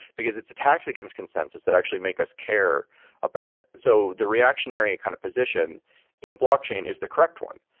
because it's attacks against consensus that actually make us care about it. so the reactionary kind of position in blockchain is the correct one,